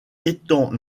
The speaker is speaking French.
étant